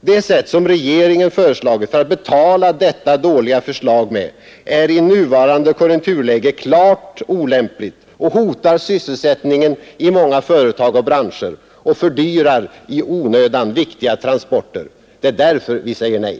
Det sätt som regeringen föreslagit för att betala detta dåliga förslag är i nuvarande konjunkturläge klart olämpligt och hotar sysselsättningen i många företag och branscher och fördyrar i onödan viktiga transporter. Det är därför vi säger nej.